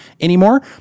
anymore